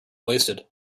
wasted